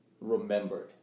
remembered